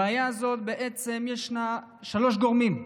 בעצם, הבעיה הזאת, יש לה שלושה גורמים: